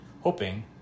hoping